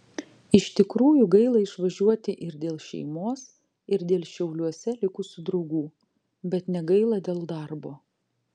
iš tikrųjų gaila išvažiuoti ir dėl šeimos ir dėl šiauliuose likusių draugų bet negaila dėl darbo